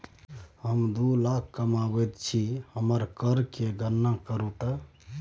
हम दू लाख कमाबैत छी हमर कर केर गणना करू ते